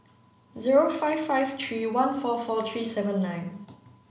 zero five five three one four four three seven nine